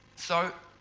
so,